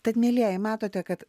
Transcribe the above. tad mielieji matote kad